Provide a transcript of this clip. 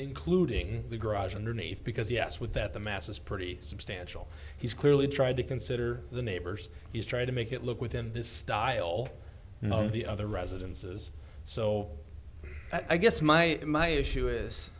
ncluding the garage underneath because yes with that the mass is pretty substantial he's clearly tried to consider the neighbors he's trying to make it look within this style on the other residences so i guess my my issue is